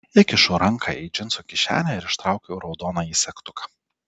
įkišu ranką į džinsų kišenę ir ištraukiu raudonąjį segtuką